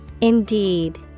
Indeed